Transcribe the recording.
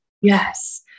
Yes